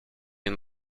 and